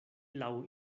laŭ